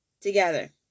together